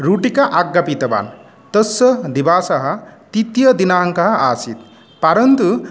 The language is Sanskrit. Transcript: रूटिका आज्ञापितवान् तस्य दिवसः तृतीयदिनाङ्कः आसीत् परन्तु